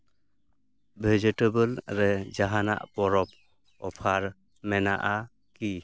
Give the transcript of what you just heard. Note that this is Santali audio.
ᱵᱷᱮᱡᱤᱴᱮᱵᱮᱞ ᱨᱮ ᱡᱟᱦᱟᱱᱟᱜ ᱯᱚᱨᱚᱵᱽ ᱚᱯᱷᱟᱨ ᱢᱮᱱᱟᱜᱼᱟ ᱠᱤ